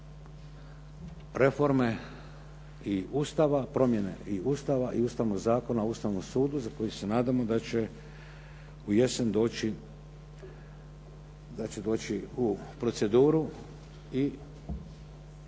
reforme i Ustava, promjene i Ustava, Ustavnog zakona o Ustavnom sudu za koji se nadamo da će u jesen doći, da će